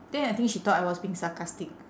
then I think she thought I was being sarcastic